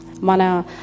Mana